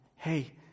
Hey